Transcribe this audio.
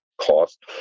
cost